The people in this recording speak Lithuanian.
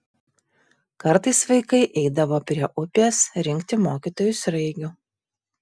kartais vaikai eidavo prie upės rinkti mokytojui sraigių